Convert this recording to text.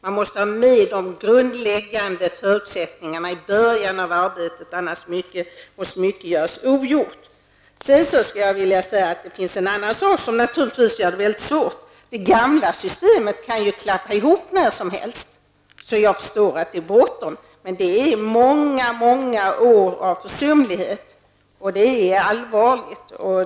Man måste ha med de grundläggande förutsättningarna i början av arbetet. Annars blir mycket ogjort. Sedan skulle jag vilja säga att det finns en annan sak som naturligtvis gör det väldigt svårt. Det gamla systemet kan ju klappa ihop när som helst, så jag förstår att det är bråttom. Man det är många många år av försumlighet, och det är allvarligt.